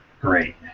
great